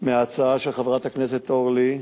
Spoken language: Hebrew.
מההצעה של חברת הכנסת אורלי לוי,